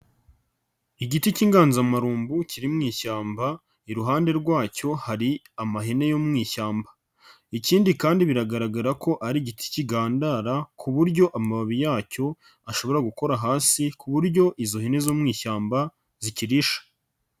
Igiti cy'inganzamarumbu kiri mu ishyamba, iruhande rwacyo hari amahene yo mu ishyamba. Ikindi kandi biragaragara ko ari igiti kigandara ku buryo amababi yacyo ashobora gukora hasi ku buryo izo hene zo mu ishyamba zikirisha.